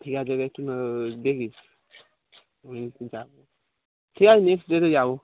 ঠিক আছে একটু দেখিস ঠিক আছে নেক্সট ডে তই যাবো